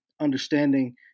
understanding